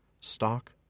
stock